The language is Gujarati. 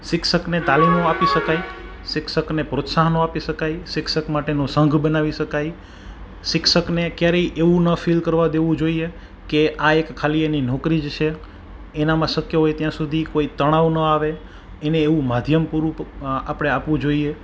શિક્ષકને તાલીમો આપી શકાય શિક્ષકને પ્રોત્સાહનો આપી શકાય શિક્ષક માટેનો સંઘ બનાવી શકાય શિક્ષકને ક્યારેય એવું ન ફિલ કરવા દેવું જોઈએ કે આ એક ખાલી એની નોકરી જ છે એનામાં શક્ય હોય ત્યાં સુધી કોઈ તણાવ નો આવે એને એવું માધ્યમ પૂરું આપડે આપવું જોઈએ